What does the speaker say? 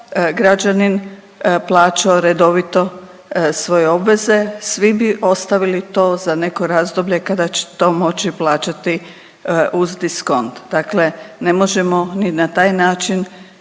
građanin plaćao redovito svoje obveze, svi bi ostavili to za neko razdoblje kada će to moći plaćati uz diskont, dakle ne možemo ni na taj način